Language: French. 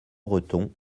bretons